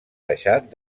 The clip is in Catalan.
deixat